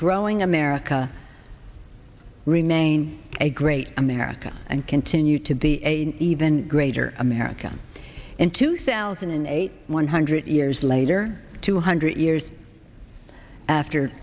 growing america remain a great america and continue to be even greater america in two thousand and eight one hundred years later two hundred